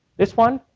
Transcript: this one,